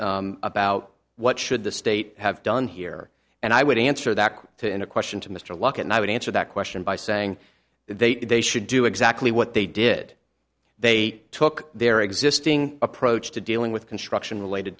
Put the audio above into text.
asked about what should the state have done here and i would answer that to in a question to mr locke and i would answer that question by saying that they they should do exactly what they did they took their existing approach to dealing with construction related